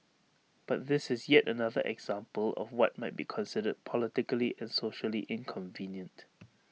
but this is yet another example of what might be considered politically and socially inconvenient